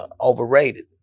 overrated